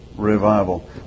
Revival